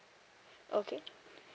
okay